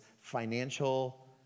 financial